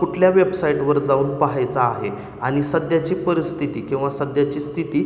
कुठल्या वेबसाइटवर जाऊन पाहायचा आहे आणि सध्याची परिस्थिती किंवा सध्याची स्थिती